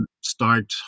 start